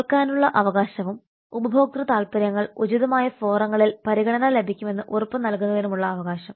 കേൾക്കാനുള്ള അവകാശവും ഉപഭോക്തൃ താൽപ്പര്യങ്ങൾ ഉചിതമായ ഫോറങ്ങളിൽ പരിഗണന ലഭിക്കുമെന്ന് ഉറപ്പുനൽകുന്നതിനുമുള്ള അവകാശം